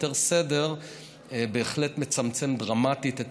יותר סדר בהחלט מצמצמים דרמטית את